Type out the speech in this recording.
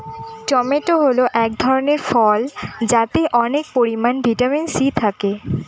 tomato হল এক ধরনের ফল যাতে অনেক পরিমান ভিটামিন সি থাকে